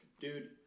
Dude